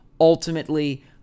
Ultimately